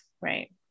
Right